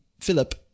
Philip